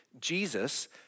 Jesus